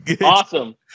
Awesome